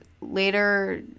later